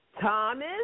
Thomas